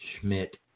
Schmidt